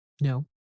No